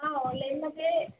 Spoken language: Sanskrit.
आ आन्लैन्मध्ये